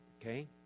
okay